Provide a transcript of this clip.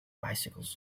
bicycles